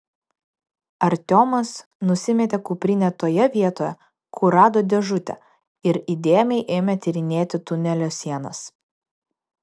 artiomas nusimetė kuprinę toje vietoje kur rado dėžutę ir įdėmiai ėmė tyrinėti tunelio sienas